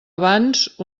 abans